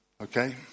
okay